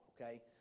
okay